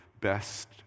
best